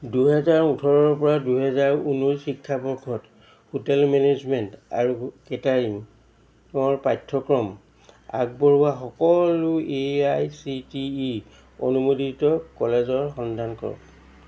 দুহেজাৰ ওঠৰৰ পৰা দুহেজাৰ ঊনৈছ শিক্ষাবৰ্ষত হোটেল মেনেজমেণ্ট আৰু কেটাৰিঙৰ পাঠ্যক্ৰম আগবঢ়োৱা সকলো A I C T E অনুমোদিত কলেজৰ সন্ধান কৰক